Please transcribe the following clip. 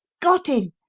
got him!